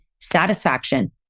satisfaction